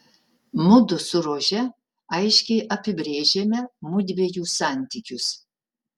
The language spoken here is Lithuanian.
mudu su rože aiškiai apibrėžėme mudviejų santykius